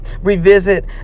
revisit